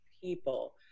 people